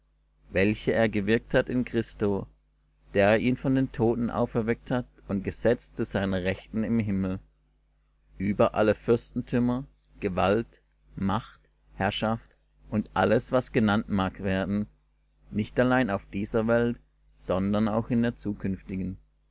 welche er gewirkt hat in christo da er ihn von den toten auferweckt hat und gesetzt zu seiner rechten im himmel über alle fürstentümer gewalt macht herrschaft und alles was genannt mag werden nicht allein auf dieser welt sondern auch in der zukünftigen